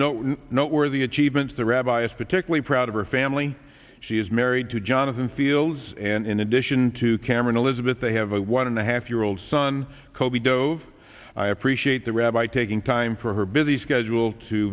no noteworthy achievements the rabbi is particularly proud of her family she is married to jonathan fields and in addition to cameron elizabeth they have a one and a half year old son coby dove i appreciate the rabbi taking time for her busy schedule to